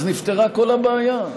אז נפתרה כל הבעיה.